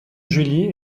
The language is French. julie